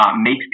makes